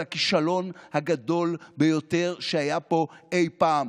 זה הכישלון הגדול ביותר שהיה פה אי פעם.